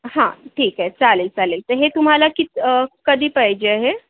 हां ठीक आहे चालेल चालेल तर हे तुम्हाला कित् कधी पाहिजे आहे